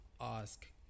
ask